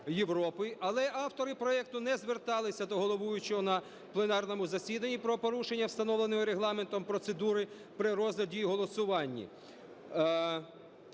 Але автори проекту не зверталися до головуючого на пленарному засіданні про порушення, встановленої Регламентом, процедури при розгляді і голосуванні.